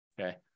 okay